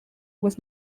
was